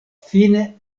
fine